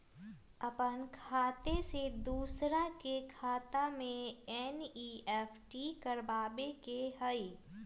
अपन खाते से दूसरा के खाता में एन.ई.एफ.टी करवावे के हई?